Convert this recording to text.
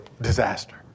disaster